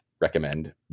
recommend